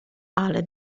ale